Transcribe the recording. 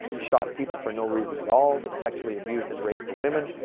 shot people for no reason at all, they sexually abused and raped the women,